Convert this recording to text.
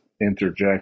interject